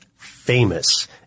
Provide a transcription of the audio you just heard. famous